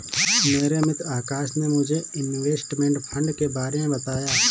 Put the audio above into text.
मेरे मित्र आकाश ने मुझे इनवेस्टमेंट फंड के बारे मे बताया